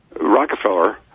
Rockefeller